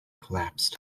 collapsed